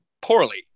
poorly